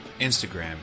Instagram